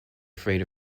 afraid